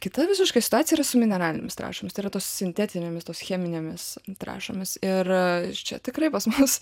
kita visiškai situacija su mineralinės trąšos tai yra tos sintetinėmis cheminėmis trąšomis ir čia tikrai pas mus